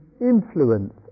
influence